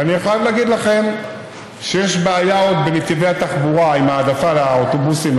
ואני חייב להגיד לכם שיש בעיה עוד בנתיבי התחבורה עם ההעדפה לאוטובוסים,